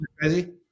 crazy